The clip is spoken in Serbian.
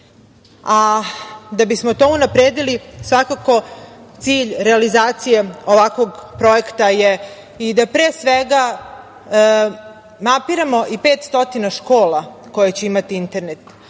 bismo to unapredili, svakako cilj realizacije ovakvog projekta je i da pre svega mapiramo 500 škola koje će imati internet